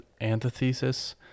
antithesis